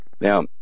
now